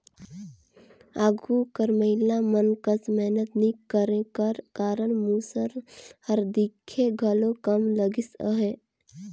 आघु कर महिला मन कस मेहनत नी करे कर कारन मूसर हर दिखे घलो कम लगिस अहे